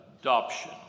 Adoption